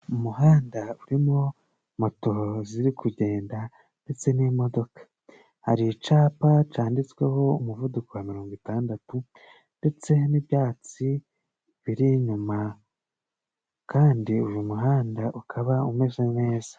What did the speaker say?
Mu muhanda urimo moto ziri kugenda ndetse n'imodoka, hari icapa canditsweho umuvuduko wa mirongo itandatu, ndetse n'ibyatsi biri inyuma, kandi uyu muhanda ukaba umeze neza.